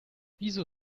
wieso